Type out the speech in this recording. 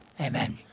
Amen